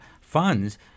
funds